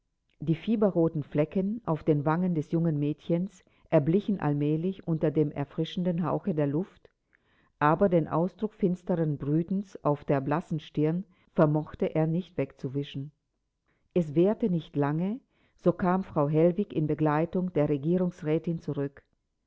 die fieberroten flecken auf den wangen des jungen mädchens erblichen allmählich unter dem erfrischenden hauche der luft aber den ausdruck finsteren brütens auf der blassen stirn vermochte er nicht wegzuwischen es währte nicht lange so kam frau hellwig in begleitung der regierungsrätin zurück